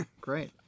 Great